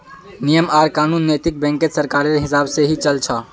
नियम आर कानून नैतिक बैंकत सरकारेर हिसाब से ही चल छ